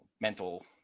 mental